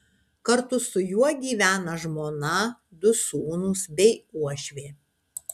kartu su juo gyvena žmona du sūnūs bei uošvė